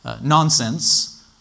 Nonsense